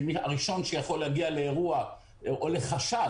שהראשון שיכול להגיע לאירוע או לחשד